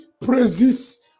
praises